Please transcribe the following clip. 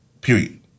Period